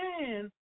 man